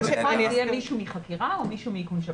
יהיה מישהו מחקירה או מאיכון שב"כ.